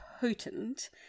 potent